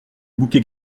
bouquet